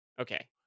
Okay